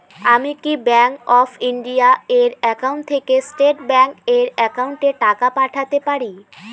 আমি কি Bank of India এর একাউন্ট থেকে স্টেট ব্যাংক এর একাউন্টে টাকা পাঠাতে পারি?